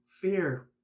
fear